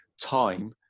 time